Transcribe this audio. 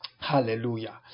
Hallelujah